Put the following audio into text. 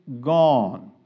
gone